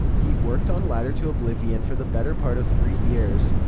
he'd worked on ladder to oblivion for the better part of three years.